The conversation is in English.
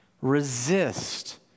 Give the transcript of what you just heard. Resist